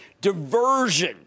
diversion